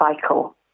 cycle